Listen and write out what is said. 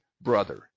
brother